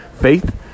faith